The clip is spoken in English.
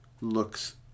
looks